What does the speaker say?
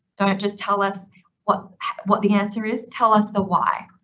don't just tell us what what the answer is, tell us the why.